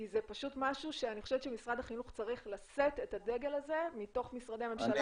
כי זה משהו שמשרד החינוך צריך לשאת את הדגל הזה מתוך משרדי הממשלה.